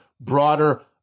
broader